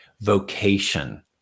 vocation